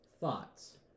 Thoughts